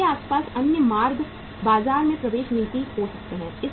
इसके आसपास अन्य मार्ग बाजार में प्रवेश नीति हो सकते हैं